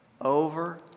over